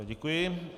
Děkuji.